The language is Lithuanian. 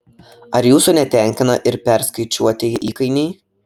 ar jūsų netenkina ir perskaičiuotieji įkainiai